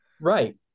Right